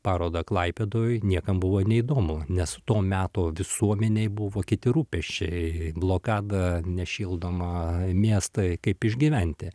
parodą klaipėdoj niekam buvo neįdomu nes to meto visuomenei buvo kiti rūpesčiai blokadą nešildomą miestą kaip išgyventi